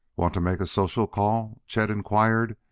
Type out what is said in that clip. want to make a social call? chet inquired.